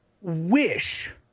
wish